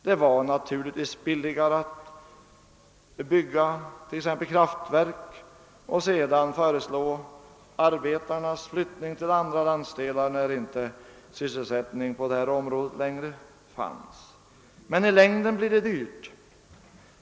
Det var naturligtvis billigare att bygga t.ex. kraftverk och sedan föreslå arbetarnas flyttning till andra landsdelar när sysselsättning inte längre fanns. Men i längden blir det dyrt.